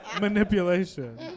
Manipulation